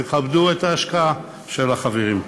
תכבדו את ההשקעה של החברים.